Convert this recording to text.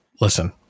Listen